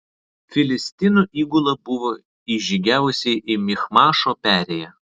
filistinų įgula buvo įžygiavusi į michmašo perėją